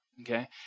okay